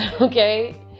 Okay